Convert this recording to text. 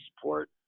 support